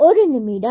ஒரு நிமிடம்